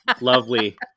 lovely